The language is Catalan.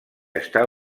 està